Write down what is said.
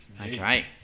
Okay